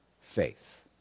faith